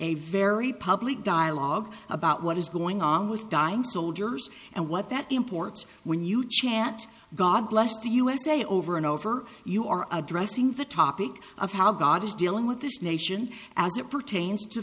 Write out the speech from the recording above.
a very public dialogue about what is going on with dying soldiers and what that imports when you chant god bless the usa over and over you are addressing the topic of how god is dealing with this nation as it pertains to